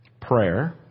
Prayer